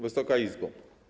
Wysoka Izbo!